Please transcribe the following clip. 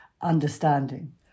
understanding